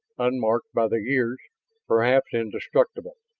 unmarked by the years perhaps indestructible.